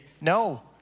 No